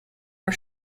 are